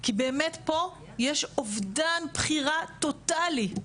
כי באמת פה יש אובדן בחירה טוטלי,